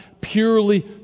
purely